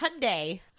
Hyundai